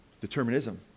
Determinism